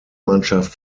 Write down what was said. mannschaft